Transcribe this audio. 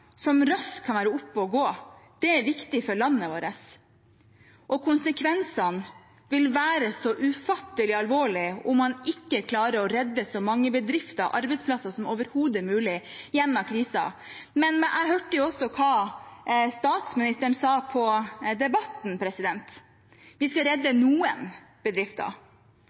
som raskt kan være oppe og gå. Det er viktig for landet vårt. Konsekvensene vil være så ufattelig alvorlige om man ikke klarer å redde så mange bedrifter og arbeidsplasser som overhodet mulig gjennom krisen. Men jeg hørte også hva statsministeren sa på Debatten: Vi skal redde noen bedrifter.